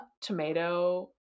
tomato